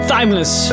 Timeless